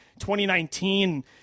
2019